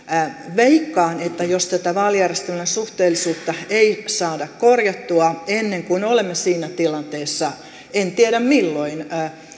veikkaan että jos tätä vaalijärjestelmän suhteellisuutta ei saada korjattua ennen kuin olemme siinä tilanteessa en tiedä milloin